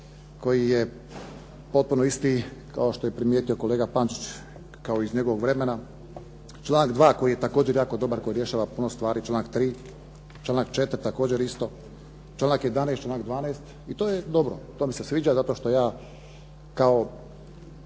koji je potpuno isti kao što je primijetio kolega Pančić kao iz njegovog vremena. Članak 2. koji je također jako dobar, koji rješava puno stvari, članak 3., članak 4. također isto, članak 11., članak 12. i to je dobro. To mi se sviđa zato što ja kao